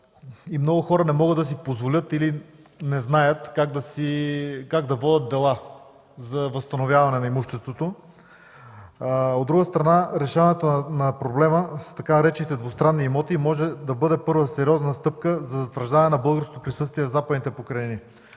Много хора не могат да си позволят или не знаят как да водят дела за възстановяване на имуществото. От друга страна, решаването на проблема с така наречените „двустранни имоти” може да бъде първа сериозна стъпка за утвърждаване на българското присъствие в Западните покрайнини.